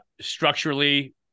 structurally